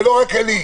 ולא רק אני,